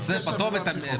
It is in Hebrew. פתרון.